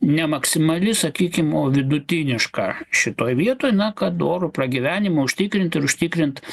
ne maksimali sakykim o vidutiniška šitoj vietoj na kad orų pragyvenimą užtikrint ir užtikrint